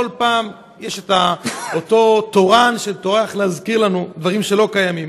כל פעם יש אותו תורן שטורח להזכיר לנו דברים שלא קיימים.